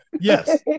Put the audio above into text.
Yes